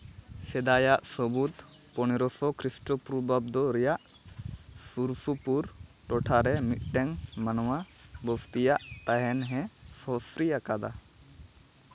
ᱥᱮᱫᱟᱭᱟᱜ ᱥᱟᱹᱵᱩᱫᱽ ᱯᱚᱱᱮ ᱨᱚᱥᱚ ᱠᱷᱨᱤᱥᱴᱚ ᱯᱩᱨᱵᱟᱵᱽᱫᱚ ᱨᱮᱭᱟᱜ ᱥᱩᱨᱼᱥᱩᱯᱩᱨ ᱴᱚᱴᱷᱟ ᱨᱮ ᱢᱤᱫᱴᱟᱹᱝ ᱢᱟᱱᱣᱟ ᱵᱚᱥᱛᱤᱭᱟᱜ ᱛᱟᱦᱮᱱ ᱦᱮᱸ ᱥᱚᱥᱨᱤᱭᱟᱠᱟᱫᱟ